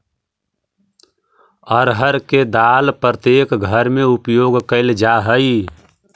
अरहर के दाल प्रत्येक घर में प्रयोग कैल जा हइ